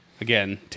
Again